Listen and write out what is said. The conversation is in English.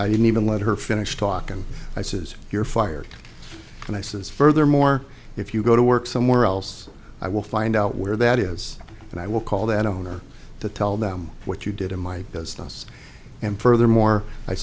i didn't even let her finish talking i says you're fired and i says furthermore if you go to work somewhere else i will find out where that is and i will call that owner to tell them what you did in my business and furthermore i